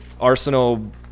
Arsenal